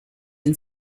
and